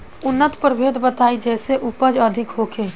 उन्नत प्रभेद बताई जेसे उपज अधिक होखे?